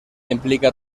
implica